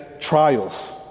trials